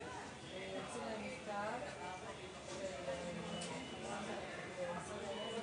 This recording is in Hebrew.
זה משמעותי.